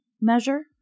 measure